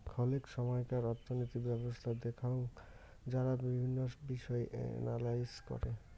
খলেক সময়কার অর্থনৈতিক ব্যবছস্থা দেখঙ যারা বিভিন্ন বিষয় এনালাইস করে